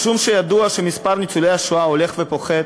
משום שידוע שמספר ניצולי השואה הולך ופוחת,